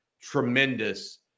tremendous